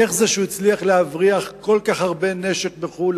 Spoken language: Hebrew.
איך זה שהוא הצליח להבריח כל כך הרבה נשק מחו"ל,